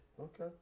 Okay